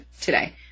today